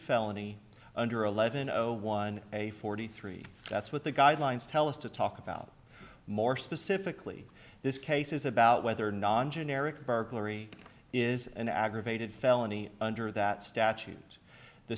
felony under eleven zero one a forty three that's what the guidelines tell us to talk about more specifically this case is about whether non generic burglary is an aggravated felony under that statute the